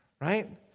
right